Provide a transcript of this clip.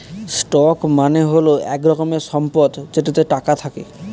stock মানে হল এক রকমের সম্পদ যেটাতে টাকা থাকে